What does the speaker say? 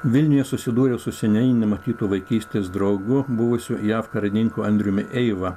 vilniuje susidūriau su seniai nematytu vaikystės draugu buvusiu jav karininku andriumi eiva